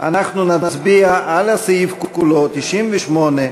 אנחנו נצביע על הסעיף כולו, 98,